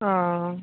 अ